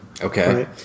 Okay